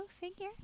figure